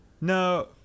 No